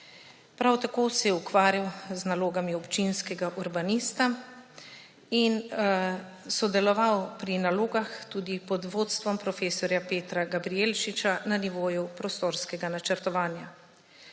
Prav tako se je ukvarjal z nalogami občinskega urbanista in sodeloval pri nalogah tudi pod vodstvom profesorja Petra Gabrijelčiča na nivoju prostorskega načrtovanja.